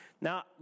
Now